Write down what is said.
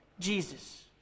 Jesus